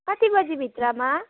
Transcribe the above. कति बजी भित्रमा